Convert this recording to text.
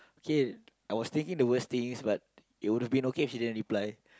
K I was thinking the worst things but it would have been okay if you didn't reply